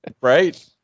right